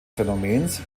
phänomens